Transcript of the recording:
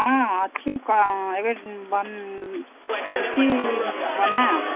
ହଁ ଅଛି ଏବେ ଚାଲିଛି ବନା